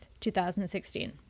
2016